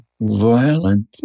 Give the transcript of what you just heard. Violent